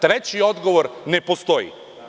Treći odgovor ne postoji.